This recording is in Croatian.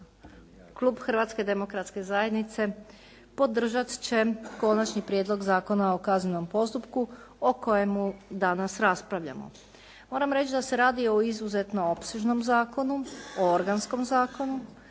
klub Hrvatske demokratske zajednice podržati će Konačni prijedlog zakona o kaznenom postupku o kojemu danas raspravljamo. Moram reći da se radi o izuzetno opsežnom zakonu, o organskom zakonu,